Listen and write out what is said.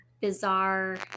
bizarre